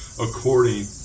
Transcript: according